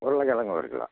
உருளக்கெழங்கு ஒரு கிலோ